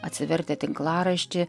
atsivertę tinklaraštį